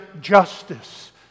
justice